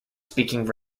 speaking